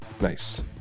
Nice